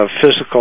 physical